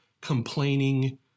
complaining